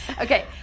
Okay